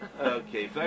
Okay